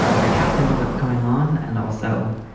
ah we're tapped into what's going on. and also,